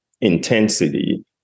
intensity